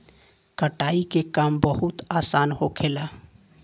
कटाई के काम बहुत आसान होखेला